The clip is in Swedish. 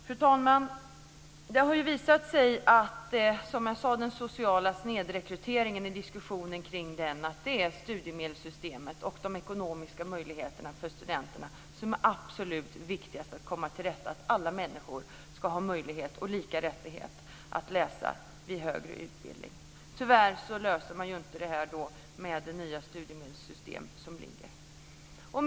Fru talman! Som jag sade har det visat sig att när det gäller den sociala snedrekryteringen så är det studiemedelssystemet och de ekonomiska möjligheterna för studenterna som är det absolut viktigaste att komma till rätta med. Alla människor ska ha möjlighet och lika rättighet att läsa vid högre utbildning. Tyvärr löser man inte detta med det nya studiemedelssystem som föreligger.